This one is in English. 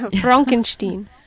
frankenstein